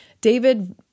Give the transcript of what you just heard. David